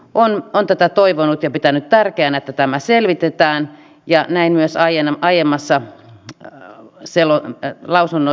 perustuslakivaliokunta on tätä toivonut ja pitänyt tärkeänä että tämä selvitetään ja myös aiemmassa ja siellä ei lausunnon